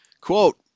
Quote